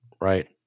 right